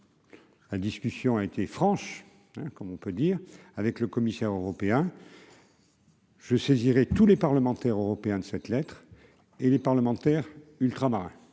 La discussion a été franche comme on peut dire, avec le commissaire européen. Je saisirai tous les parlementaires européens de cette lettre et les parlementaires ultramarins